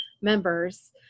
members